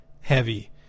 heavy